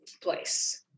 place